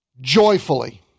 joyfully